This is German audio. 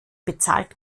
bezahlt